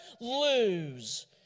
lose